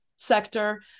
sector